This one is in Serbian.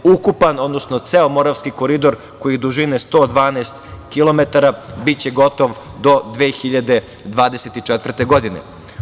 Ukupan, odnosno ceo Moravski koridor koji je dužine 112 kilometara, biće gotov do 2024. godine.